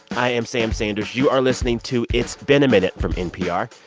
i am sam sanders. you are listening to it's been a minute from npr.